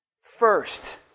first